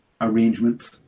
arrangement